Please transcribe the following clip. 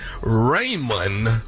Raymond